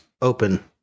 open